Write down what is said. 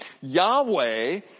Yahweh